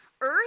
earth